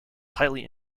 tightly